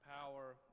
power